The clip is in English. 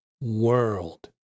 world